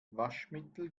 waschmittel